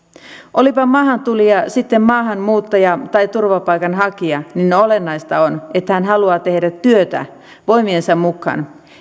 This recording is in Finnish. olipa maahantulija sitten maahanmuuttaja tai turvapaikanhakija niin olennaista on että hän haluaa tehdä työtä voimiensa mukaan